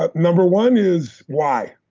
but number one is, why?